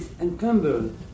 encumbered